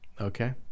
Okay